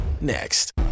next